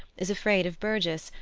is afraid of burgess,